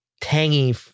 tangy